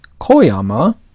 Koyama